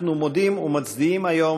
אנחנו מודים ומצדיעים היום